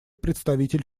представитель